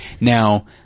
Now